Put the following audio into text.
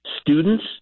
students